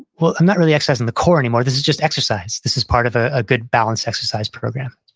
well, i'm not really excising the core anymore. this is just exercise. this is part of a ah good balanced exercise program.